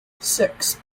six